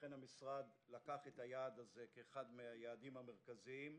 לכן המשרד לקח את היעד הזה כאחד היעדים המרכזיים.